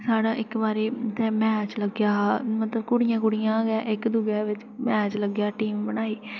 साढ़ा इक्क बारी इत्थै मैच लग्गेआ हा मतलब कुड़ियां कुड़ियां गै मतलब इक्क दूऐ कन्नै मैच लग्गेआ टीम बनाई